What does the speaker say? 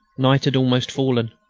night had almost fallen.